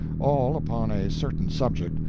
all upon a certain subject,